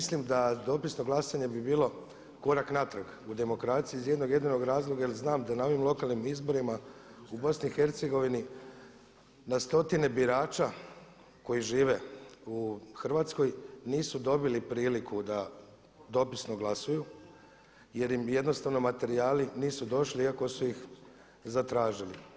Mislim da dopisno glasanje bi bilo korak natrag u demokraciji iz jednog jedinog razloga jer znam da na ovim lokalnim izborima u Bosni i Hercegovini na stotine birača koji žive u Hrvatskoj nisu dobili priliku da dopisno glasuju jer im jednostavno materijali nisu došli iako su ih zatražili.